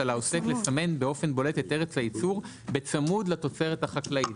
שעל העוסק לסמן באופן בולט את ארץ הייצור בצמוד לתוצרת החקלאית.